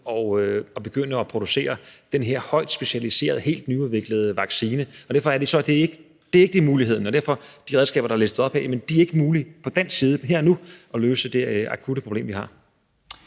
at begynde at producere den her højtspecialiserede, helt nyudviklede vaccine. Derfor er det så ikke en mulighed, og derfor er de redskaber, der er listet op her, ikke mulige for fra dansk side her og nu at løse det akutte problem, vi har.